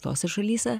tose šalyse